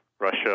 Russia